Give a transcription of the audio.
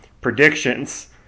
predictions